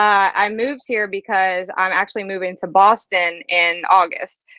i moved here because i'm actually moving to boston in august.